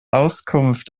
auskunft